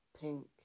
pink